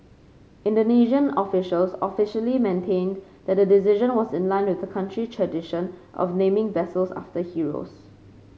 Indonesian officials official maintained that the decision was in line with the country's tradition of naming vessels after heroes